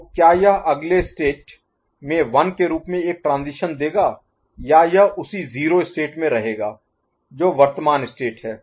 तो क्या यह अगले स्टेट में 1 के रूप में एक ट्रांजीशन देगा या यह उसी 0 स्टेट में रहेगा जो वर्तमान स्टेट है